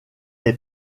est